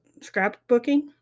Scrapbooking